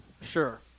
Sure